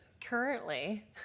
currently